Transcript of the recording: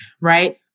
right